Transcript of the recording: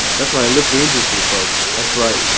that's right, i live dangerously folks. that's right.